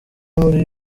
muri